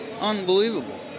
Unbelievable